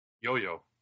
Yo-Yo